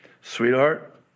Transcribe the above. Sweetheart